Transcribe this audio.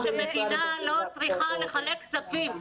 מדינה לא צריכה לחלק כספים,